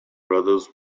brothers